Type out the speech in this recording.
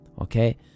okay